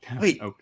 Wait